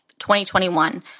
2021